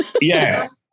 Yes